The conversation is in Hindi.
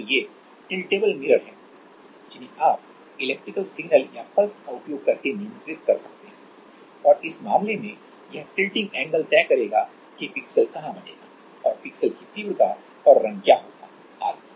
तो ये टिल्टेबल मिरर हैं जिन्हें आप इलेक्ट्रिकल सिग्नल या पल्स का उपयोग करके नियंत्रित कर सकते हैं और इस मामले में यह टिल्टिंग एंगल तय करेगा कि पिक्सेल कहाँ बनेगा और पिक्सेल की तीव्रता और रंग क्या होगा आदि